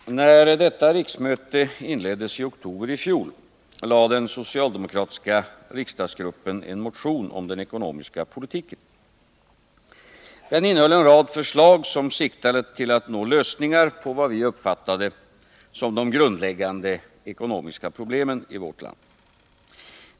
Fru talman! När detta riksmöte inleddes i oktober 1979, väckte den socialdemokratiska riksdagsgruppen en motion om den ekonomiska politiken. Den innehöll en rad förslag som siktade till att nå lösningar på vad vi uppfattade som de grundläggande ekonomiska problemen i vårt land.